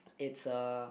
it's uh